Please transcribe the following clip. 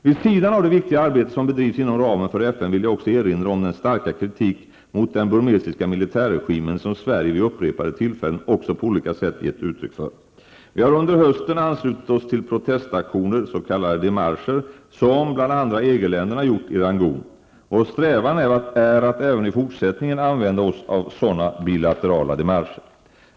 Vid sidan av det viktiga arbete som bedrivs inom ramen för FN vill jag också erinra om den starka kritik mot den burmesiska militärregimen som Sverige vid upprepade tillfällen och på olika sätt gett uttryck för. Vi har under hösten anslutit oss till protestaktioner, s.k. démarcher, som bl.a. EG länderna gjort i Rangoon. Vår strävan är att även i fortsättningen använda oss av sådana bilaterala démarcher.